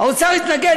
האוצר התנגד,